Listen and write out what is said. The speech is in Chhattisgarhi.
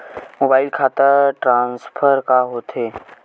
मोबाइल खाता ट्रान्सफर का होथे?